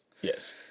Yes